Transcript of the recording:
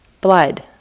blood